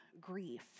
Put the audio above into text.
grief